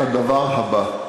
אני אומר לך את הדבר הבא,